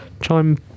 Chime